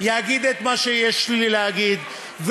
אגיד את מה שיש לי להגיד,